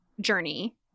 journey